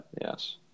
Yes